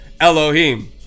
elohim